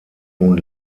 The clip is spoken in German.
nun